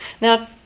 Now